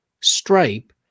Stripe